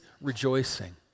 rejoicing